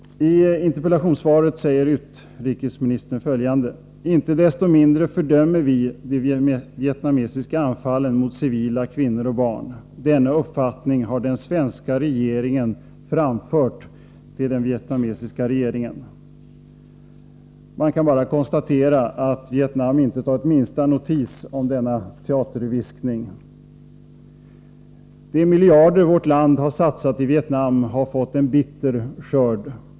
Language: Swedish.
I interpellationssvaret säger utrikesministern följande: ”Icke desto mindre fördömer vi de vietnamesiska anfallen mot civila, kvinnor och barn. Denna uppfattning har den svenska regeringen framfört till den vietnamesiska regeringen.” Man kan bara konstatera att Vietnam inte tagit minsta notis om denna teaterviskning. De miljarder som vårt land satsat i Vietnam har fått en bitter skörd.